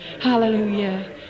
Hallelujah